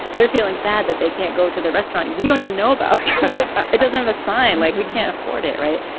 they're feeling sad that they can't go to the restaurant. we don't even know about it doesn't have a sign like we can't afford it. right.